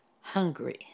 hungry